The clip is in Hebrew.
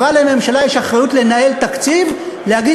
אבל לממשלה יש אחריות לנהל תקציב ולהגיד